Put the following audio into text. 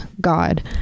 God